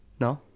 No